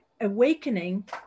awakening